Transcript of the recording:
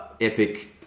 epic